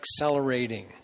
accelerating